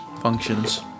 functions